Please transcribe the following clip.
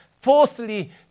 fourthly